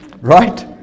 Right